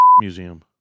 museum